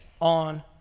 on